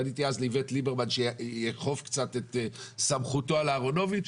פניתי אז לאיווט ליברמן שיאכוף קצת את סמכותו על אהרונוביץ,